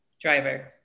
Driver